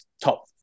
top